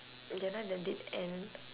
you are not in the dead end